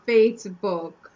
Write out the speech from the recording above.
Facebook